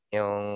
Yung